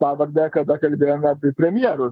pavardę kada kalbėjom apie premjerus